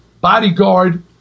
bodyguard